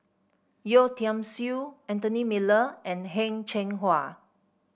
Yeo Tiam Siew Anthony Miller and Heng Cheng Hwa